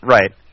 Right